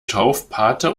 taufpate